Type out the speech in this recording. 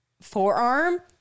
forearm